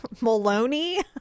Maloney